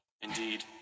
Indeed